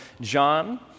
John